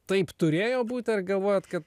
taip turėjo būt ar galvojat kad